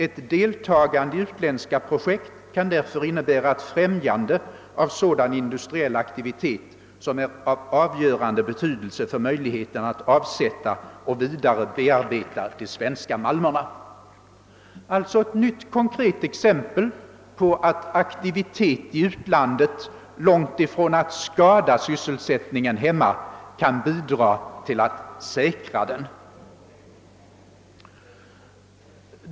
Ett deltagande i utländska projekt kan därför innebära ett främjande av sådan industriell aktivitet som är av avgörande betydelse för möjligheten att avsätta och vidarebearbeta de svenska malmerna.» Alltså ett nytt konkret exempel på att aktivitet i utlandet långtifrån att skada sysselsättningen hemma kan bidra till att säkra den!